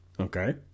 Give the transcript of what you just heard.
okay